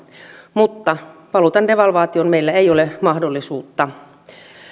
mutta valuutan devalvaatioon meillä ei ole mahdollisuutta